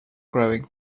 growing